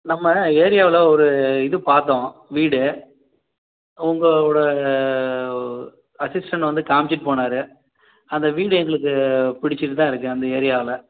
நம்ம ஏரியாவில் ஒரு இது பார்த்தோம் வீடு உங்கள்கூட அசிஸ்டெண்ட் வந்து காமிச்சிட்டு போனார் அந்த வீடு எங்களுக்கு பிடிச்சிட்டு தான் இருக்கு அந்த ஏரியாவில்